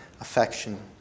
affection